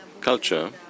culture